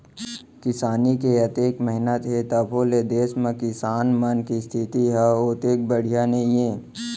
किसानी के अतेक महत्ता हे तभो ले देस म किसान मन के इस्थिति ह ओतेक बड़िहा नइये